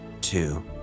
two